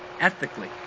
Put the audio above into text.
ethically